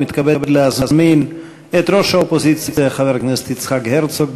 ומתכבד להזמין את ראש האופוזיציה חבר הכנסת יצחק הרצוג.